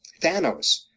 thanos